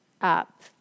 up